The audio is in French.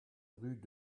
rue